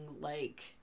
like-